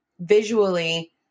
visually